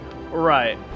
Right